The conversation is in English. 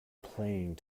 playing